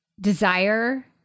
desire